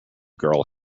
girl